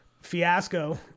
fiasco